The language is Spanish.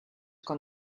con